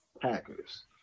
Packers